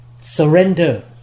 surrender